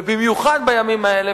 ובמיוחד בימים האלה,